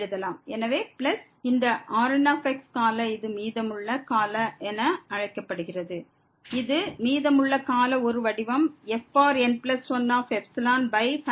எனவே பிளஸ் இந்த Rnடேர்ம் இது ரிமெயிண்டெர் டேர்ம் என்று அழைக்கப்படுகிறது இது மீதமுள்ள டெர்மின் ஒரு வடிவம் fn1n1